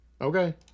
Okay